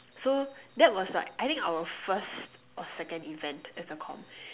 so that was like I think our first or second event as a comm